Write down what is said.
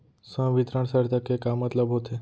संवितरण शर्त के का मतलब होथे?